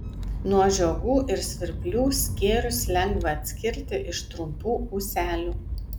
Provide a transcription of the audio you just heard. nuo žiogų ir svirplių skėrius lengva atskirti iš trumpų ūselių